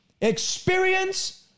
Experience